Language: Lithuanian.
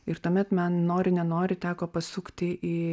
ir tuomet man nori nenori teko pasukti į